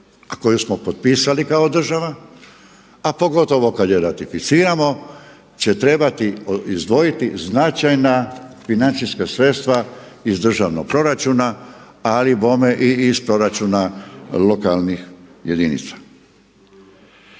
a koju smo potpisali kao država, a pogotovo kad je ratificiramo će trebati izdvojiti značajna financijska sredstva iz državnog proračuna, ali bome i iz proračuna lokalnih jedinica.